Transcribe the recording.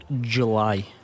July